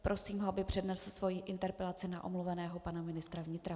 Prosím ho, aby přednesl svojí interpelaci na omluveného pana ministra vnitra.